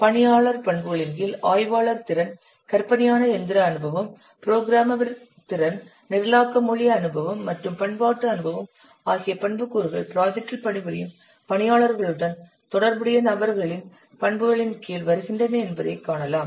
பணியாளர் பண்புகளின் கீழ் ஆய்வாளர் திறன் கற்பனையான இயந்திர அனுபவம் புரோகிராமர் திறன் நிரலாக்க மொழி அனுபவம் மற்றும் பயன்பாட்டு அனுபவம் ஆகிய பண்புக்கூறுகள் ப்ராஜெக்ட்டில் பணிபுரியும் பணியாளர்களுடன் தொடர்புடைய நபர்களின் பண்புகளின் கீழ் வருகின்றன என்பதை காணலாம்